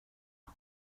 one